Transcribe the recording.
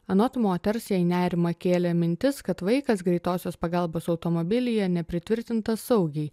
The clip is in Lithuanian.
anot moters jai nerimą kėlė mintis kad vaikas greitosios pagalbos automobilyje nepritvirtintas saugiai